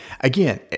Again